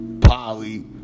poly